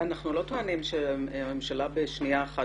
אנחנו לא טוענים שהממשלה בשנייה אחת